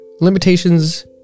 limitations